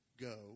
go